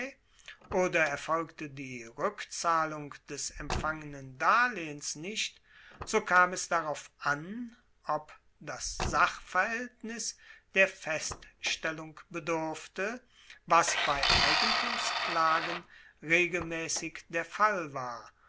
oder erfolgte die rueckzahlung des empfangenen darlehens nicht so kam es darauf an ob das sachverhaeltnis der feststellung bedurfte was bei eigentumsklagen regelmaessig der fall war